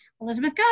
Elizabeth